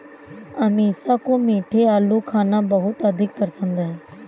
अमीषा को मीठे आलू खाना बहुत अधिक पसंद है